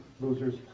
Losers